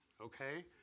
Okay